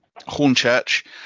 Hornchurch